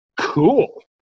cool